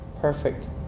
perfect